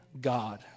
God